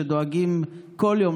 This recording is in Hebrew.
שדואגים כל יום,